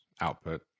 output